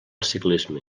ciclisme